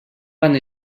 van